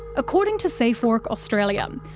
according to safe work australia, um